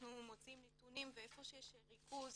אנחנו מוציאים נתונים ואיפה שיש ריכוז